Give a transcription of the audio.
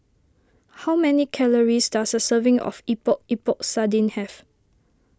how many calories does a serving of Epok Epok Sardin have